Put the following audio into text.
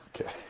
Okay